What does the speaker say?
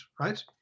right